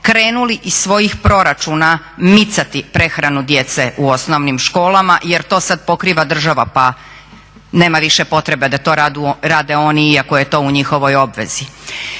krenuli iz svojih proračuna micati prehranu djece u osnovnim školama jer to sada pokriva država pa nema više potrebe da to rade oni iako je to u njihovoj obvezi.